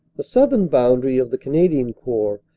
the southern boundary of the cana dian corps,